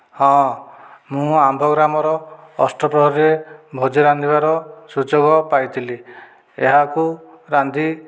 ହଁ ମୁଁ ଆମ୍ଭ ଗ୍ରାମର ଅଷ୍ଟପ୍ରହରୀରେ ଭୋଜି ରାନ୍ଧିବାର ସୁଯୋଗ ପାଇଥିଲି ଏହାକୁ ରାନ୍ଧି